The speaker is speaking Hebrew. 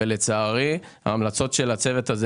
אבל ההמלצות של הצוות הזה,